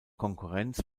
konkurrenz